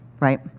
right